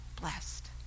blessed